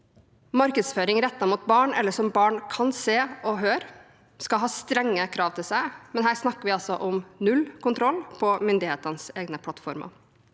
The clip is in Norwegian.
Markedsføring rettet mot barn, eller som barn kan se og høre, skal ha strenge krav til seg. Her snakker vi altså om null kontroll på myndighetenes egne plattformer.